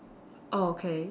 okay